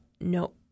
no